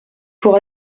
pour